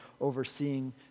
overseeing